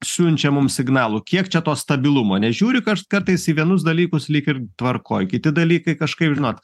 siunčia mum signalų kiek čia to stabilumo nes žiūri kas kartais į vienus dalykus lyg ir tvarkoj kiti dalykai kažkaip žinot